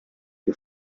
wir